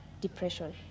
depression